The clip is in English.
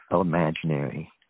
imaginary